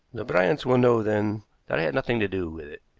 the bryants will know then that i had nothing to do with it.